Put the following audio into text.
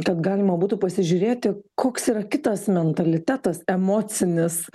kad galima būtų pasižiūrėti koks yra kitas mentalitetas emocinis